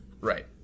Right